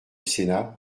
sénat